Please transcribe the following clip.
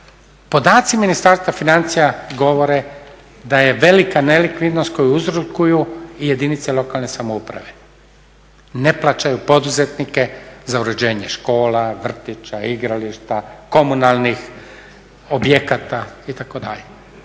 Podaci Ministarstva financija govore da je velika nelikvidnost koju uzrokuju i jedinice lokalne samouprave. Ne plaćaju poduzetnike za uređenje škola, vrtića, igrališta, komunalnih objekata itd.